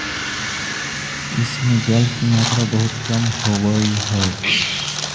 इस में जल की मात्रा बहुत कम होवअ हई